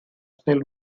still